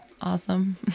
awesome